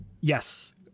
Yes